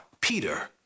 Peter